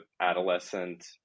adolescent